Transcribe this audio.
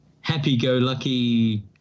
happy-go-lucky